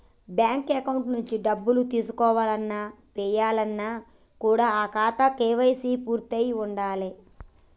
bank account నుంచి డబ్బులు తీసుకోవాలన్న, ఏయాలన్న కూడా ఆ ఖాతాకి కేవైసీ పూర్తయ్యి ఉండాలే